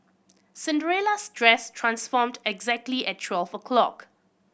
Cinderella's dress transformed exactly at twelve o'clock